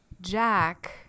Jack